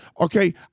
okay